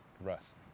Russ